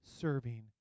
serving